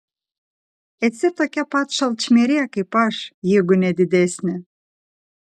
esi tokia pat šalčmirė kaip aš jeigu ne didesnė